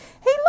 hey